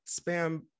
spam